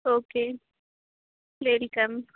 okay welcome